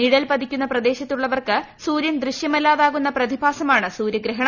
നിഴൽ പതിക്കുന്ന പ്രദേശത്തുള്ളവർക്ക് സൂര്യൻ ദൃശ്യമല്ലാ താകുന്ന പ്രതിഭാസമാണ് സൂര്യഗ്രഹണം